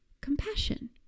compassion